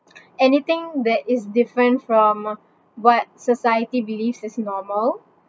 anything that is different from what society believes is normal